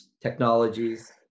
technologies